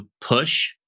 push